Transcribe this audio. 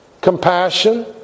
compassion